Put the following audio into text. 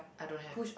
I don't have